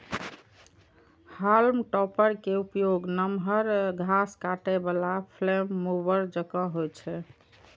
हाल्म topper के उपयोग नमहर घास काटै बला फ्लेम मूवर जकां होइ छै